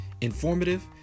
informative